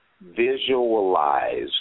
visualize